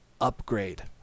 upgrade